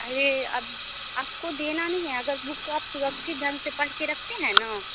अरे अब आपको देना नहीं है अगर बुक आप को सुरक्षित ढंग से पढ़ कर रखते हैं न